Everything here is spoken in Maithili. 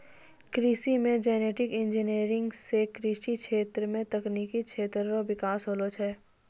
कृषि मे जेनेटिक इंजीनियर से कृषि क्षेत्र मे तकनिकी क्षेत्र रो बिकास होलो छै